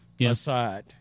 Aside